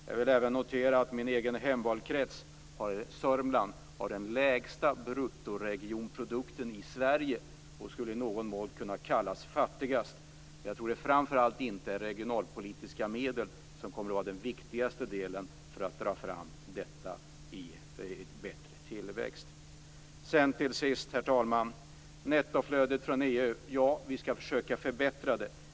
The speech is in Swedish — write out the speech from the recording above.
Jag vill även notera att min egen hemvalkrets Sörmland har den lägsta bruttoregionprodukten i Sverige och att den i någon mån skulle kunna kallas fattigast. Jag tror inte att det är regionalpolitiska medel som kommer att vara viktigast när det gäller att skapa bättre tillväxt i regionen. Till sist, herr talman, vill jag nämna nettoflödet från EU. Vi skall försöka förbättra det.